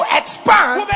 expand